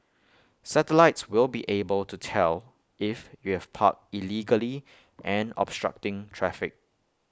satellites will be able to tell if you have parked illegally and obstructing traffic